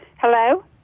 Hello